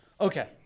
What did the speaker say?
Okay